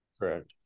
Correct